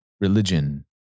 Religion